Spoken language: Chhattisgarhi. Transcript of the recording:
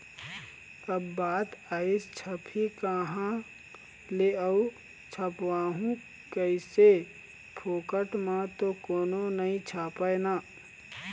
अब बात आइस छपही काँहा ले अऊ छपवाहूँ कइसे, फोकट म तो कोनो नइ छापय ना